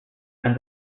and